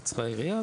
קצרה היריעה,